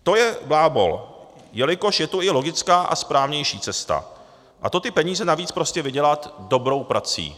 To je blábol, jelikož je tu i logická a správnější cesta, a to ty peníze navíc prostě vydělat dobrou prací.